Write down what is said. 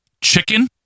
chicken